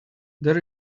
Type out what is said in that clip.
there